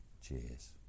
Cheers